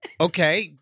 Okay